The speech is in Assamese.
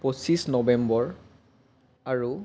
পঁচিছ নৱেম্বৰ আৰু